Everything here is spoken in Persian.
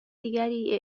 دیگری